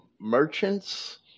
merchants